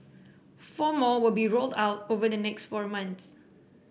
four more will be rolled out over the next four months